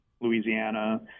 Louisiana